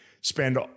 spend